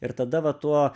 ir tada va tuo